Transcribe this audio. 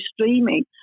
streaming